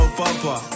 papa